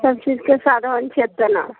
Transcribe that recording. सबचीजके साधन छै तेना